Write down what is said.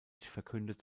verkündet